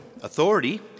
Authority